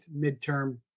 midterm